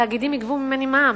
התאגידים יגבו ממני מע"מ,